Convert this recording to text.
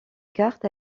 carte